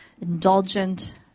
indulgent